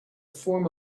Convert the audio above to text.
form